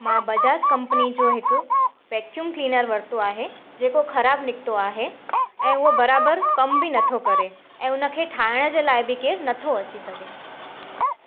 मां बजाज कंपिनी जो हिकु वैक्यूम क्लीनर वरितो आहे जेको ख़राब निकितो आहे ऐं उहो बराबरि कमु बि नथो करे ऐं उनखे ठाहिण जे लाइ बि केरु नथो अची सघे